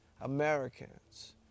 Americans